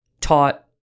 taught